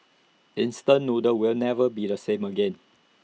instant noodles will never be the same again